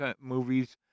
movies